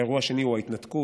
האירוע השני הוא ההתנתקות,